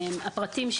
הפרטים,